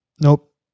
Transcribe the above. Nope